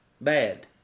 bad